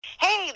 Hey